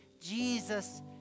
Jesus